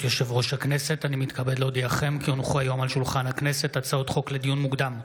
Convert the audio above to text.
הצעות חוק לדיון מוקדם,